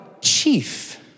chief